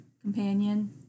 companion